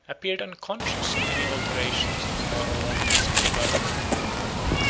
appeared unconscious of any alterations in the moral or physical government of the world.